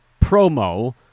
promo